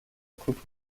coupe